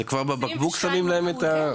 11,